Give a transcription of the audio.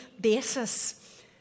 basis